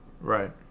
right